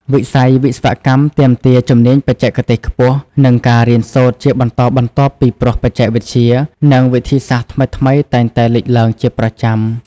វិស័យវិស្វកម្មទាមទារ ជំនាញបច្ចេកទេសខ្ពស់ និងការរៀនសូត្រជាបន្តបន្ទាប់ពីព្រោះបច្ចេកវិទ្យា និងវិធីសាស្រ្តថ្មីៗតែងតែលេចឡើងជាប្រចាំ។